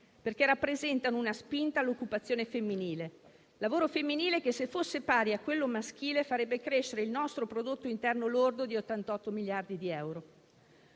perché rappresentano una spinta all'occupazione femminile. Il lavoro femminile, se fosse pari a quello maschile, farebbe crescere il nostro prodotto interno lordo di 88 miliardi di euro.